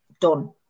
done